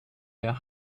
der